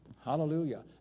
Hallelujah